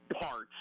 parts